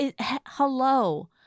Hello